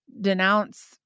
denounce